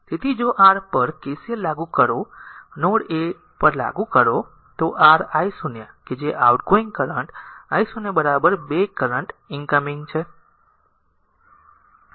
તેથી જો r પર KCL લાગુ કરો નોડ એ પર લાગુ કરો તો r i 0 કે જે outgoing current i 0 2 current incoming છે